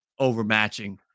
overmatching